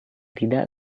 tidak